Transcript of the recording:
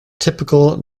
typical